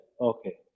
Okay